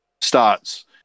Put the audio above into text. starts